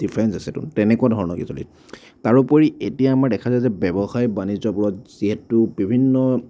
difference আছেতো তেনেকুৱা ধৰণৰকৈ চলে তাৰোপৰি এতিয়া আমাৰ দেখা যায় যে ব্যৱসায় বাণিজ্যবোৰত যিহেতু বিভিন্ন